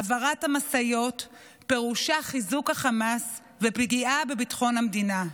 העברת המשאיות פירושה חיזוק החמאס ופגיעה בביטחון המדינה.